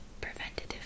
preventative